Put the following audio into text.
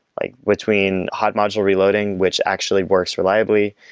like between hot module reloading, which actually works reliably,